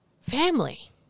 family